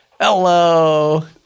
Hello